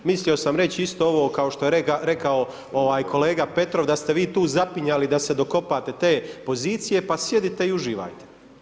Mislio sam reći isto ovo kao što je rekao kolega Petrov da ste vi tu zapinjali da se dokopate te pozicije, pa sjedite i uživajte.